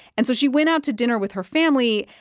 and so she went out to dinner with her family.